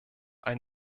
ein